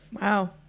wow